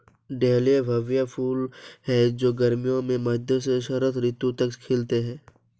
dahlia भव्य फूल हैं जो गर्मियों के मध्य से शरद ऋतु तक खिलते हैं